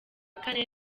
kane